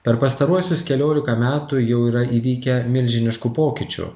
per pastaruosius keliolika metų jau yra įvykę milžiniškų pokyčių